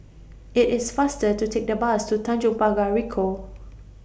IT IS faster to Take The Bus to Tanjong Pagar Ricoh